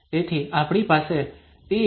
તેથી આપણી પાસે te at√2π ✕ H છે